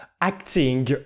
acting